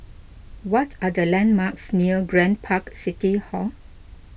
what are the landmarks near Grand Park City Hall